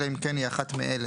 אלא אם כן היא אחת מאלה: